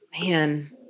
man